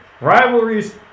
Rivalries